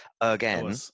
again